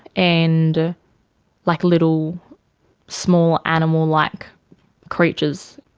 and like little small animal-like creatures,